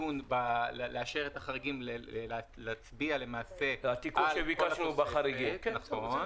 לאשר את החריגים, להצביע, למעשה, על כל התוספת.